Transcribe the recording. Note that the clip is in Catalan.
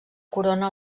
corona